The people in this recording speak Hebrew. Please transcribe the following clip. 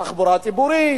תחבורה ציבורית.